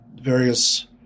various